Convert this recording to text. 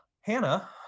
Hannah